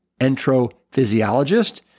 entrophysiologist